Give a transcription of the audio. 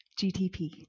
GTP